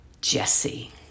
Jesse